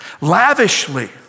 lavishly